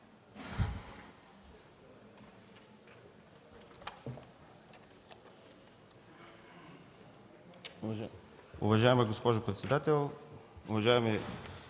Уважаема госпожо председател, уважаеми